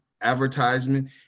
advertisement